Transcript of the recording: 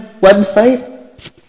website